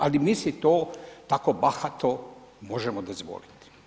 Ali mi si to tako bahato možemo dozvoliti.